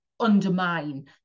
undermine